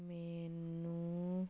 ਮੈਨੂੰ